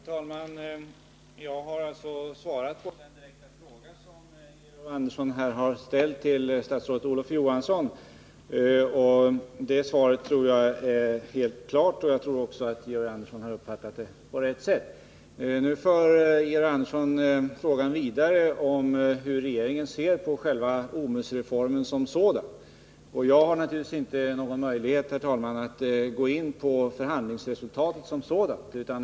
Herr talman! Jag har alltså svarat på den direkta fråga som Georg Om förhandling Andersson ställt till statsrådet Olof Johansson. Det svaret tror jag är helt — arna rörande den Klart; och jag tror också att Georg Andersson har uppfattat det på rätt =. p OMUS-reforsätt. men Nu för Georg Andersson debatten vidare och frågar hur regeringen ser på själva OMUS-reformen. Jag har naturligtvis, herr talman, inte någon möjlighet att gå in på förhandlingsresultatet som sådant.